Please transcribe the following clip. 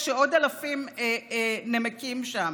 כשעוד אלפים נמקים שם,